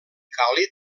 càlid